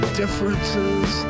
differences